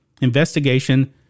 investigation